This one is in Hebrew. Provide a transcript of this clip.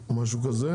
או משהו כזה,